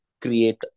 create